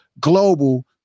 global